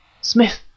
Smith